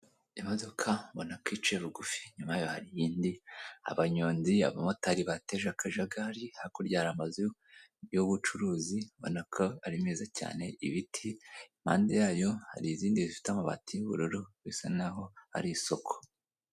Imodoka ubana ko iciye bugufi, nyumayo hari iyindi, abanyonzi, abamotari bateje akajagari, hakurya hari amazu y'ubucuruzi, ubona ko ari meza cyane, ibiti impande yayo hari izindi zifite amabati y'ubururu bisa naho ari isoko.